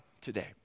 today